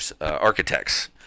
Architects